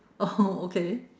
oh okay